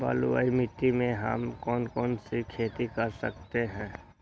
बलुई मिट्टी में हम कौन कौन सी खेती कर सकते हैँ?